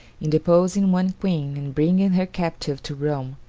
in deposing one queen and bringing her captive to rome,